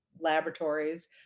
laboratories